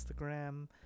Instagram